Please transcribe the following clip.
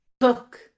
Look